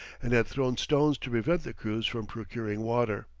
and had thrown stones to prevent the crews from procuring water.